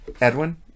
Edwin